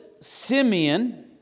Simeon